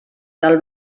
del